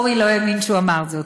אורי לא האמין שהוא אמר זאת,